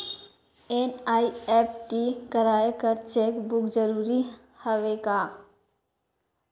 NEFT कराय बर cheque book जरूरी हवय का?